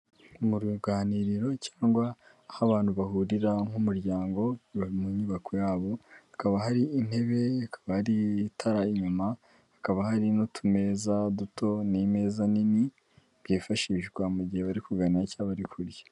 Mu ruganiriro cyangwa aho abantu bahurira nk'umuryango mu nyubako yabo hakaba hari intebe hakaba hari itara inyuma hakaba hari n'utumeza duto n'imeza nini byifashishwa mu gihe bari kuganira cyangwa bari kurya.